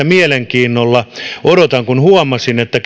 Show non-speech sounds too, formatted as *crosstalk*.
*unintelligible* mielenkiinnolla odotan kun huomasin että *unintelligible*